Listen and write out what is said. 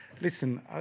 listen